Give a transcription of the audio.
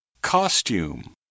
costume